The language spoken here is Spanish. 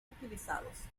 utilizados